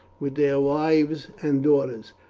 with their wives and daughters.